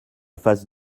face